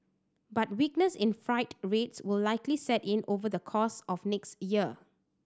but weakness in freight rates will likely set in over the course of next year